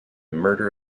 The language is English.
murder